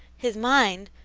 his mind,